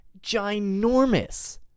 ginormous